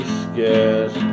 scared